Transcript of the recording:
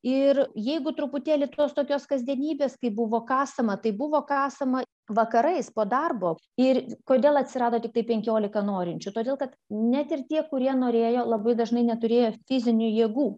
ir jeigu truputėlį tos tokios kasdienybės kaip buvo kasama tai buvo kasama vakarais po darbo ir kodėl atsirado tiktai penkiolika norinčių todėl kad net ir tie kurie norėjo labai dažnai neturėjo fizinių jėgų